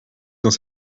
dans